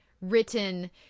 written